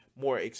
more